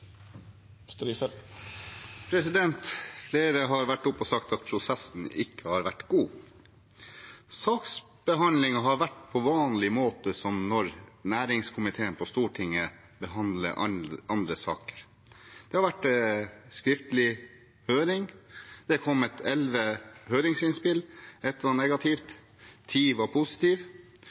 Flere har vært oppe og sagt at prosessen ikke har vært god. Saksbehandlingen har vært på vanlig måte – som når næringskomiteen på Stortinget behandler andre saker. Det har vært skriftlig høring. Det har kommet elleve høringsinnspill – ett var negativt, ti var